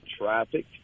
traffic